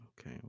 Okay